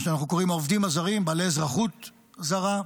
מה שאנחנו קוראים העובדים הזרים, בעלי אזרחות זרה,